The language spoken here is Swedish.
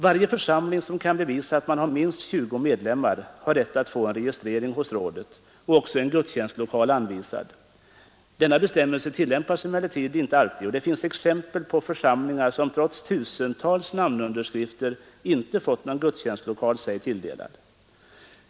Varje församling som kan bevisa att den har minst 20 medlemmar har rätt att få registrering hos rådet och också en gudstjänstlokal anvisad. Denna bestämmelse tillämpas emellertid inte alltid, och det finns exempel på församlingar som trots tusentals namnunderskrifter inte fått sig tilldelad någon gudstjänstlokal.